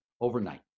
overnight